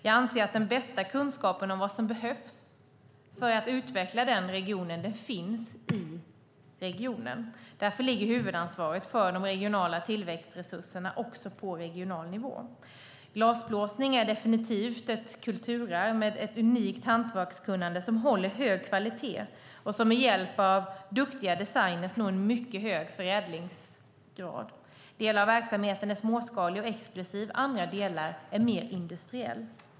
Jag anser att den bästa kunskapen om vad som behövs för att utveckla denna region finns i regionen. Därför ligger huvudansvaret för de regionala tillväxtresurserna också på regional nivå. Glasblåsning är definitivt ett kulturarv med ett unikt hantverkskunnande som håller hög kvalitet och som med hjälp av duktiga designer når en mycket hög förädlingsgrad. Delar av verksamheten är småskaliga och exklusiva, och andra delar är mer industriella.